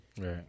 Right